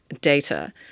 data